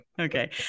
Okay